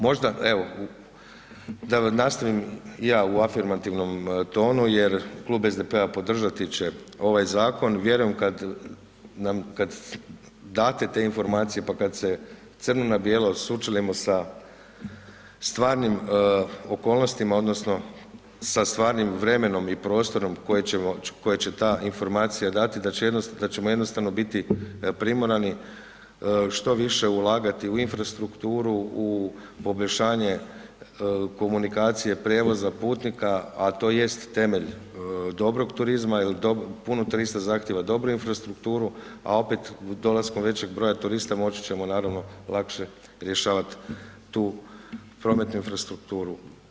Možda evo, da nastavim i ja afirmativnom tonu jer klub SDP-a podržati će ovaj zakon, vjerujem kad date te informacije pa kad se crno na bijelo sučelimo sa stvarnim okolnostima odnosno sa stvarnim vremenom i prostorom koje će ta informacija dati, da ćemo jednostavno biti primorani što više ulagati u infrastrukturu, u poboljšanje komunikacije prijevoza putnika to jest temelj dobrog turizam jer puno turista zahtijeva dobru infrastrukturu a opet dolaskom većeg broja turista moći ćemo naravno lakše rješavat tu prometnu infrastrukturu.